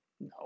No